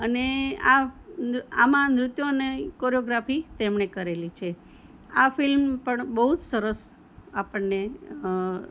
અને આ આમાં નૃત્યની કોરિયોગ્રાફી તેમણે કરેલી છે આ ફિલ્મ પણ બહુ જ સરસ આપણને